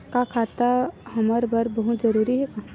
का खाता हमर बर बहुत जरूरी हे का?